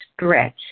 stretch